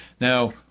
Now